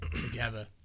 together